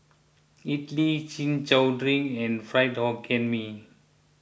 Idly Chin Chow Drink and Fried Hokkien Mee